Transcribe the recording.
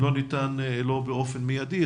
במקרה והוא לא ניתן לו באופן מיידי,